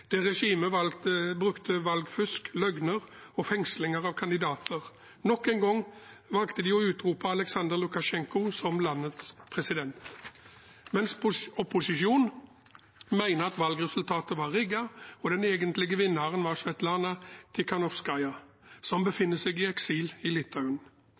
regimet brukte valgfusk, løgner og fengslinger av kandidater. Nok en gang valgte de å utrope Aleksandr Lukasjenko som landets president. Men opposisjonen mener at valgresultatet var rigget, og at den egentlige vinneren var Svetlana Tikhanovskaja, som befinner seg i eksil i Litauen.